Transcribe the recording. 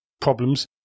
problems